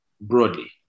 broadly